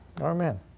Amen